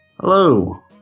Hello